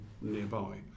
nearby